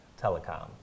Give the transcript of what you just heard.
Telecom